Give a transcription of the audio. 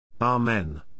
Amen